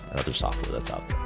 another software that's out